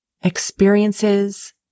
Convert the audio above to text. experiences